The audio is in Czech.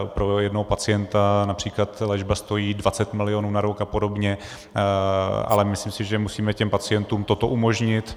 Pro jednoho pacienta například stojí 20 milionů na rok apod., ale myslím si, že musíme pacientům toto umožnit.